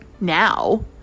now